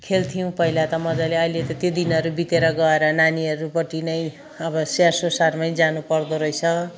खेल्थ्यौँ पहिला त मजाले अहिले त त्यो दिनहरू बितेर गएर नानीहरूपट्टि नै अब स्याहार सुसारमै जानु पर्दो रहेछ